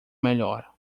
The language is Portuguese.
melhor